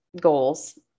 goals